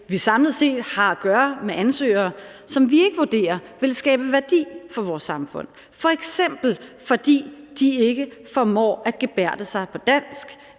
vi samlet set har at gøre med ansøgere, som vi ikke vurderer vil skabe værdi for vores samfund, f.eks. fordi de ikke formår at gebærde sig på dansk,